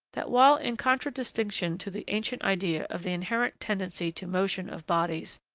that while, in contradistinction to the ancient idea of the inherent tendency to motion of bodies,